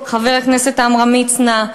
חבר הכנסת עמרם מצנע,